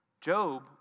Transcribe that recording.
Job